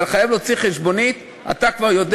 אבל חייב להוציא חשבונית, אתה כבר יודע.